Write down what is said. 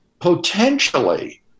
potentially